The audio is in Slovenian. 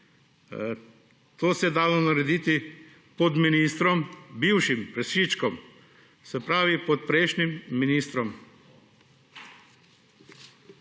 To se je dalo narediti pod bivšim ministrom Prešičkom, se pravi pod prejšnjim ministrom.